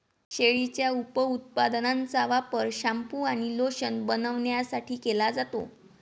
शेळीच्या उपउत्पादनांचा वापर शॅम्पू आणि लोशन बनवण्यासाठी केला जातो